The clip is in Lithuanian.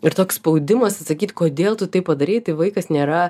ir toks spaudimas atsakyt kodėl tu tai padarei tai vaikas nėra